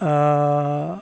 ओ